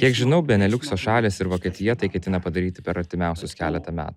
kiek žinau beneliukso šalys ir vokietija tai ketina padaryti per artimiausius keletą metų